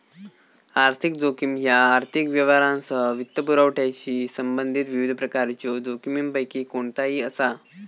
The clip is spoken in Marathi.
आर्थिक जोखीम ह्या आर्थिक व्यवहारांसह वित्तपुरवठ्याशी संबंधित विविध प्रकारच्यो जोखमींपैकी कोणताही असा